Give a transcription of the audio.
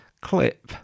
clip